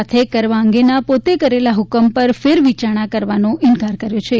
સાથે કરવા અંગેના પોતે કરેલા હુકમ ઉપર ફેરવિચાર કરવા ઇન્કાર કર્યો છે